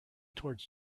towards